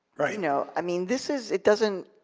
right now, i mean, this is, it doesn't,